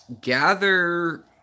gather